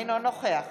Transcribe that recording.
אינו נוכח